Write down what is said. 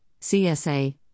CSA